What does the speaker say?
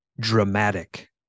dramatic